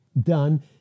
done